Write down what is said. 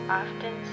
often